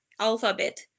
alphabet